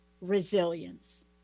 resilience